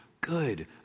good